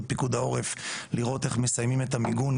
פיקוד העורף לראות איך מסיימים את המיגון,